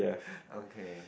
okay